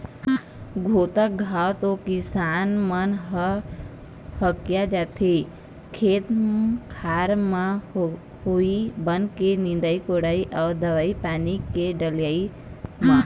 कतको घांव तो किसान मन ह हकिया जाथे खेत खार म होवई बन के निंदई कोड़ई अउ दवई पानी के डलई म